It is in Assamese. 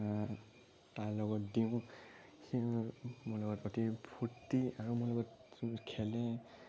তাৰ লগত দিওঁ সিও মোৰ লগত অতি ফূৰ্তি আৰু মোৰ লগত খেলে